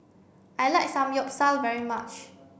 I like Samgyeopsal very much